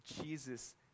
Jesus